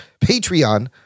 Patreon